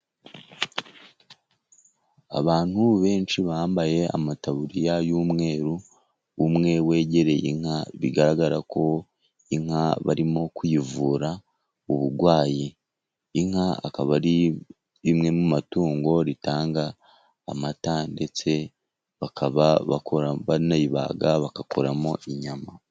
Abantu benshi bambaye amataburiya y'umweru, umwe wegereye inka, bigaragara ko inka barimo kuyivura uburwayi. Inka akaba ari rimwe mu matungo ritanga amata, ndetse bakaba banayibaga bagakuramo inyama.